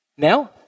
Now